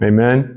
Amen